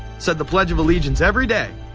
said the pledge of allegiance every day,